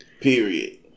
Period